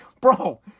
Bro